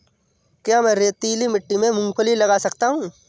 क्या मैं रेतीली मिट्टी में मूँगफली लगा सकता हूँ?